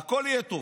והכול יהיה טוב.